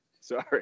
sorry